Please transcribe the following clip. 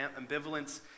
ambivalence